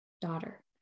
daughter